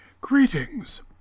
Greetings